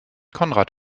konrad